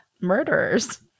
murderers